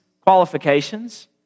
qualifications